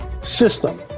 system